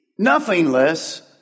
nothingless